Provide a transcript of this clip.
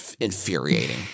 Infuriating